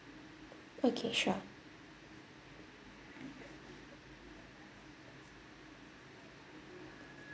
okay sure